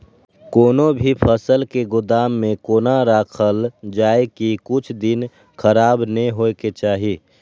कोनो भी फसल के गोदाम में कोना राखल जाय की कुछ दिन खराब ने होय के चाही?